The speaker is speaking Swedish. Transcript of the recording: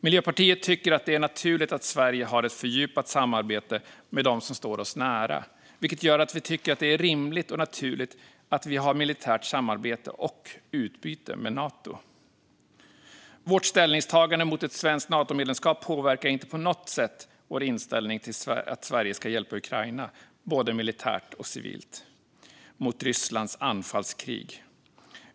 Miljöpartiet tycker att det är naturligt att Sverige har ett fördjupat samarbete med dem som står oss nära, vilket gör att vi tycker att det är rimligt och naturligt att vi har militärt samarbete och utbyte med Nato. Vårt ställningstagande mot ett svenskt Natomedlemskap påverkar inte på något sätt vår inställning till att Sverige ska hjälpa Ukraina, både militärt och civilt, mot Rysslands anfallskrig.